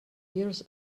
years